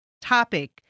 topic